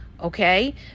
Okay